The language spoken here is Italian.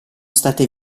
state